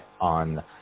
on